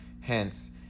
Hence